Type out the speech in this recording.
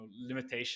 limitation